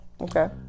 Okay